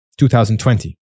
2020